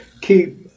keep